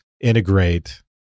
integrate